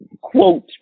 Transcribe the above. quote